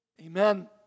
Amen